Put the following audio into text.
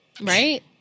Right